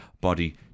body